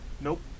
Nope